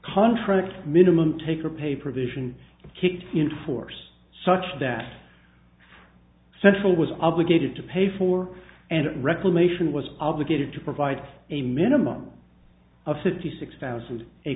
contract minimum take or pay provision kicks in force such that central was obligated to pay for and reclamation was obligated to provide a minimum of fifty six thousand a